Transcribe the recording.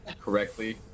correctly